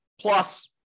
plus